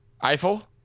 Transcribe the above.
Eiffel